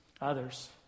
Others